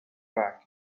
back